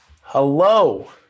Hello